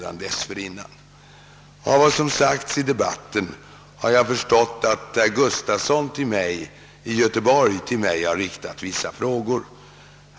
Av vad som sagts mig om debatten framgår att herr Gustafson i Göteborg till mig riktat vissa frågor.